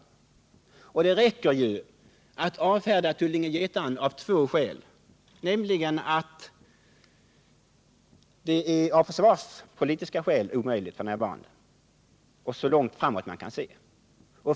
Det räcker att anföra två skäl för att avfärda Tullinge/Getaren. För det första är det av försvarspolitiska skäl f. n. och så långt framåt man kan se ett omöjligt alternativ.